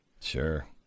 Sure